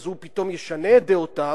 ואז הוא פתאום ישנה את דעותיו,